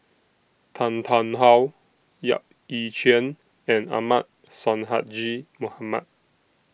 Tan Tarn How Yap Ee Chian and Ahmad Sonhadji Mohamad